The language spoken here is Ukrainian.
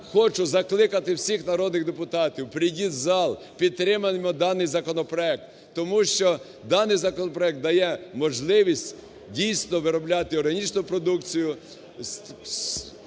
хочу закликати всіх народних депутатів, прийдіть в зал, підтримаємо даний законопроект. Тому що даний законопроект дає можливість дійсно виробляти органічну продукцію,